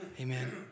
Amen